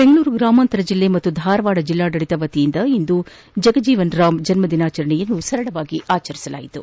ಬೆಂಗಳೂರು ಗ್ರಾಮಾಂತರ ಜಿಲ್ಲೆ ಹಾಗೂ ಧಾರವಾಡ ಜಿಲ್ಲಾಡಳಿತ ವತಿಯಿಂದ ಇಂದು ಬಾಬು ಜಗಜೀವನ ರಾಮ್ ಜನ್ಮಾದಿನಾಚರಣೆಯನ್ನು ಸರಳವಾಗಿ ಆಚರಿಸಲಾಯಿತು